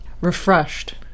Refreshed